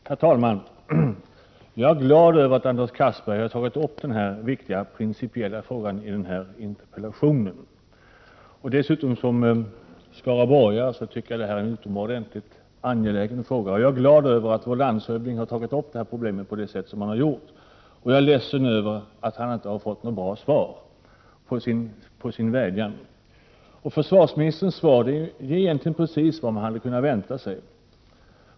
Herr talman! Jag är glad över att Anders Castberger har fört fram den här viktiga principiella frågan i sin interpellation. Som skaraborgare tycker jag att frågan är utomordentligt angelägen, och jag gläder mig över att vår landshövding har tagit upp den så som han har gjort. Men jag är ledsen över att han inte har fått något bra svar på sin vädjan. Och försvarsministerns interpellationssvar här i dag innehåller precis vad man hade kunnat vänta sig.